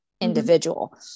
individual